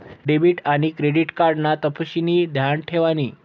debit आन credit card ना तपशिनी ध्यान ठेवानी